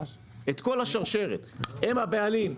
הם הבעלים.